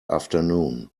afternoon